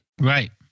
Right